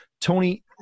Tony